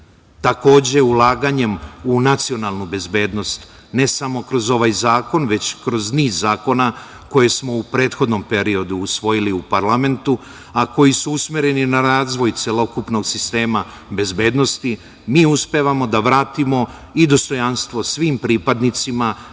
Takođe, ulaganjem u nacionalnu bezbednost, ne samo kroz ovaj zakon, već kroz niz zakona koje smo u prethodnom periodu usvojili u parlamentu, a koji su usmereni na razvoj celokupnog sistema bezbednosti, mi uspevamo da vratimo i dostojanstvo svim pripadnicima